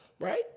Right